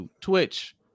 Twitch